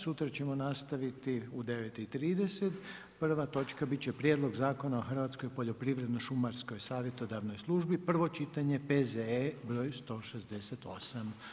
Sutra ćemo nastaviti u 9,30. prva točka bit će Prijedlog zakona o Hrvatskoj poljoprivredno-šumarskoj savjetodavnoj službi, prvo čitanje, P.Z.E. br. 168.